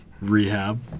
Rehab